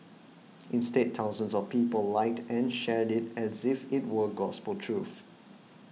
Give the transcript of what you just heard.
instead thousands of people liked and shared it as if it were gospel truth